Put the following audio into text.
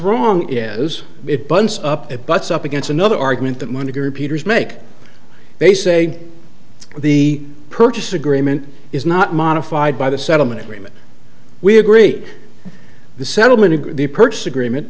wrong is it bunce up it butts up against another argument that money repeaters make they say the purchase agreement is not modified by the settlement agreement we agreed the settlement agreed the purchase agreement